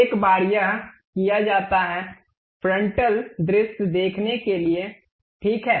एक बार यह किया जाता है फ्रंटल दृश्य देखने के लिए ठीक है